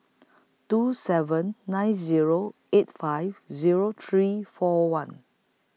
two seven nine Zero eight five Zero three four one